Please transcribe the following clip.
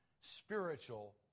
spiritual